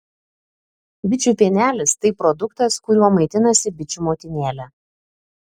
bičių pienelis tai produktas kuriuo maitinasi bičių motinėlė